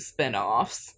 spinoffs